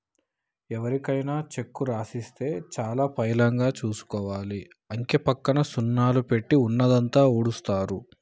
ఎవరికైనా చెక్కు రాసిస్తే చాలా పైలంగా చూసుకోవాలి, అంకెపక్క సున్నాలు పెట్టి ఉన్నదంతా ఊడుస్తరు